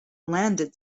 landed